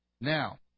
now